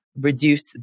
reduce